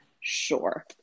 Sure